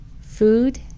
Food